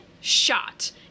shot